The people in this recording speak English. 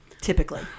typically